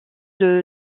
village